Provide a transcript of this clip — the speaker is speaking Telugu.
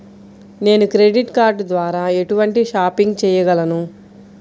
నేను క్రెడిట్ కార్డ్ ద్వార ఎటువంటి షాపింగ్ చెయ్యగలను?